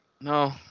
No